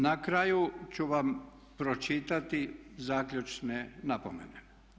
Na kraju ću vam pročitati zaključne napomene.